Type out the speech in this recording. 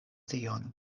tion